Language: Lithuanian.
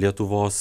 lietuvos